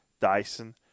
Dyson